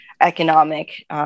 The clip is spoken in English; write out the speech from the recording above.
economic